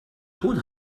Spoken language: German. tun